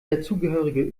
dazugehörige